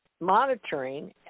monitoring